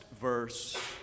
verse